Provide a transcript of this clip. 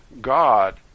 God